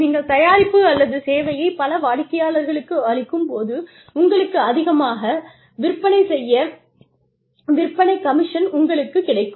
நீங்கள் தயாரிப்பு அல்லது சேவையை பல வாடிக்கையாளர்களுக்கு அளிக்கும் போது உங்களுக்கு அதிகமாக விற்பனை கமிஷன் உங்களுக்குக் கிடைக்கும்